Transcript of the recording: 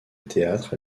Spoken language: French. théâtre